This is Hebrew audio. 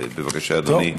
בבקשה, אדוני.